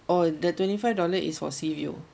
[oh the twenty five dollar is for sea view